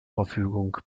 verfügung